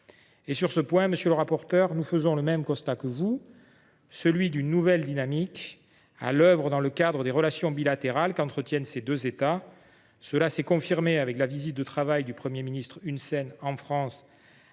Sur ce point, monsieur le rapporteur, nous faisons le même constat que vous, celui d’une nouvelle dynamique à l’œuvre dans le cadre des relations bilatérales qu’entretiennent nos deux États. Cela s’est confirmé avec la visite de travail du Premier ministre Hun Sen en France